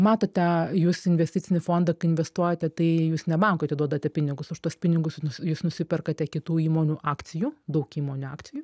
matote jūs į investicinį fondą kai investuojate tai jūs ne bankui atiduodate pinigus už tuos pinigus jūs nusiperkate kitų įmonių akcijų daug įmonių akcijų